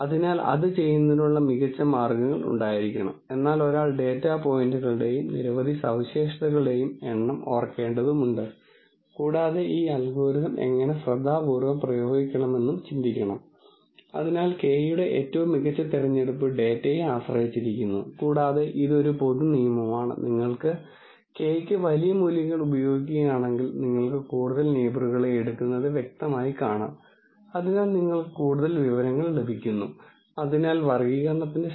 എന്നാൽ പഠിക്കുകയും മനസ്സിലാക്കുകയും ചെയ്യുന്ന ഒരു ഡാറ്റാ സയൻസ് വീക്ഷണകോണിൽ നിന്ന് ഓരോ ടെക്നിക്കിനെയും അത് പരിഹരിക്കപ്പെടുന്ന പ്രോബ്ളത്തെക്കുറിച്ച് ഉണ്ടാക്കുന്ന അനുമാനങ്ങളുടെ അടിസ്ഥാനത്തിൽ നോക്കുന്നത് വളരെ പ്രധാനമാണ് കൂടാതെ ഒരു പ്രശ്നം പരിഹരിക്കാൻ സാങ്കേതികത ഉപയോഗിക്കുന്ന അനുമാനങ്ങളുടെ ഒരു മെന്റൽ മാപ്പ് നിങ്ങൾക്കുണ്ടായിക്കഴിഞ്ഞാൽ ഒരു പ്രത്യേക ടെക്നിക് അല്ലെങ്കിൽ ഒരു പ്രത്യേക പ്രശ്നം പരിഹരിക്കുന്നതിന് ഒരു കൂട്ടം ടെക്നിക്കുകൾ ഉപയോഗിക്കാൻ കഴിയുന്ന ഒരു നല്ല സാഹചര്യത്തിലാണ് നിങ്ങൾ